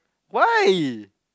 why